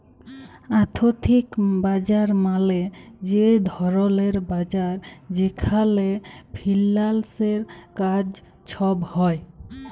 আথ্থিক বাজার মালে যে ধরলের বাজার যেখালে ফিল্যালসের কাজ ছব হ্যয়